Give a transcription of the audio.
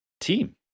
team